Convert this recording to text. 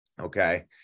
okay